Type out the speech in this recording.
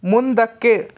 ಮುಂದಕ್ಕೆ